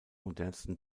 modernsten